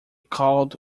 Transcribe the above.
called